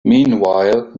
meanwhile